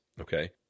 okay